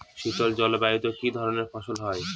শীতল জলবায়ুতে কি ধরনের ফসল হয়?